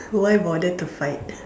why bother to fight